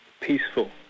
peaceful